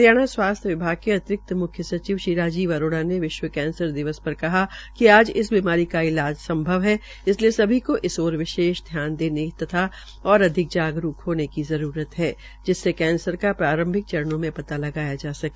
हरियाणा स्वास्थ्य विभाग के अतिरिक्त म्ख्य सचिव श्रीराजीव अरोड़ा ने विश्व कैंसर दिवस पर कहा है कि आज इस बीमारी का इलाज संभव है इसलिये सभी को इस ओर विशेष ध्यान देने तथा और अधिक जागरूक होने की जरूरत है जिसमें कैंसर का प्रांरभिक चरणों में पता लगाया जा सके